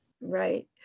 Right